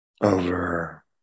over